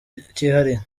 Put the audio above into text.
kihariye